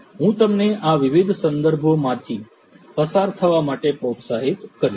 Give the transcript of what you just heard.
હું તમને આ વિવિધ સંદર્ભોમાંથી પસાર થવા માટે પ્રોત્સાહિત કરીશ